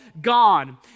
gone